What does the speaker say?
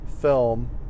film